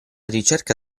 ricerca